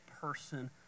person